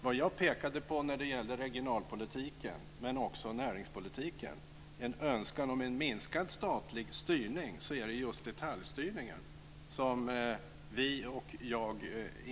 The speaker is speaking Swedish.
Vad jag pekade på när det gällde regionalpolitiken, men också näringspolitiken, är en önskan om en minskad statlig detaljstyrning.